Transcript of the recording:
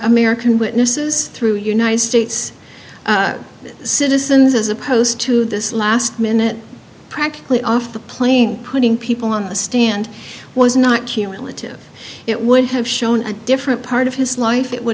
american witnesses through united states citizens as opposed to this last minute practically off the plane putting people on the stand was not cumulative it would have shown a different part of his life it would